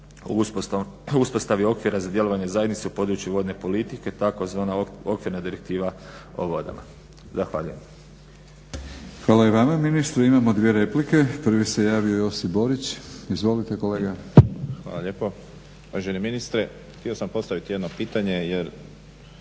o uspostavi okvira za djelovanje zajednice u području vodne politike, tzv. okvirna direktiva o vodama. Zahvaljujem. **Batinić, Milorad (HNS)** Hvala i vama ministre. Imamo dvije replike. Prvi se javio Josip Borić. Izvolite kolega. **Borić, Josip (HDZ)** Hvala lijepo. Uvaženi ministre htio sam postaviti jedno pitanje jer